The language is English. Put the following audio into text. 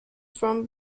from